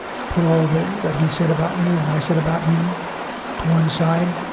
put all the what he said about me when i said about him to one side.